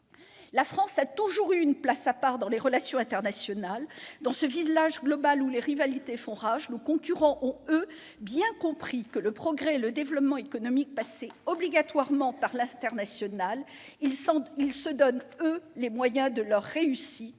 La France a toujours eu une place à part dans les relations internationales. Dans ce village global où les rivalités font rage, nos concurrents ont, eux, bien compris que le progrès et le développement économique passaient obligatoirement par l'international. Ils se donnent, eux, les moyens de leur réussite.